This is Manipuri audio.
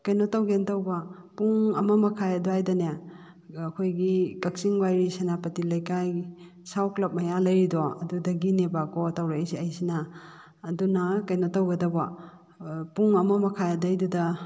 ꯀꯩꯅꯣ ꯇꯧꯒꯦꯅ ꯇꯧꯕ ꯄꯨꯡ ꯑꯃ ꯃꯈꯥꯏ ꯑꯗꯨꯋꯥꯏꯗꯅꯦ ꯑꯩꯈꯣꯏꯒꯤ ꯀꯛꯆꯤꯡ ꯋꯥꯏꯔꯤ ꯁꯦꯅꯥꯄꯇꯤ ꯂꯩꯀꯥꯏ ꯁꯥꯎ ꯀ꯭ꯂꯕ ꯃꯌꯥ ꯂꯩꯔꯤꯕꯗꯣ ꯑꯗꯨꯗꯒꯤꯅꯦꯕ ꯀꯣꯜ ꯇꯧꯔꯛꯏꯁꯦ ꯑꯩꯁꯤꯅ ꯑꯗꯨꯅ ꯀꯩꯅꯣ ꯇꯧꯒꯗꯕ ꯄꯨꯡ ꯑꯃ ꯃꯈꯥꯏ ꯑꯗꯨꯋꯥꯏꯗꯨꯗ